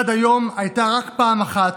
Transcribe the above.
שעד היום הייתה רק פעם אחת,